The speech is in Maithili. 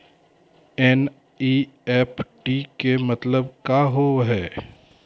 एन.ई.एफ.टी के मतलब का होव हेय?